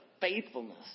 faithfulness